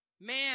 Man